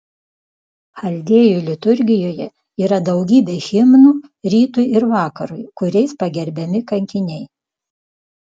chaldėjų liturgijoje yra daugybė himnų rytui ir vakarui kuriais pagerbiami kankiniai